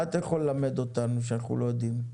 מה אתה יכול ללמד אותנו, שאנחנו לא יודעים?